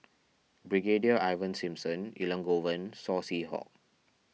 Brigadier Ivan Simson Elangovan Saw Swee Hock